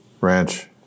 ranch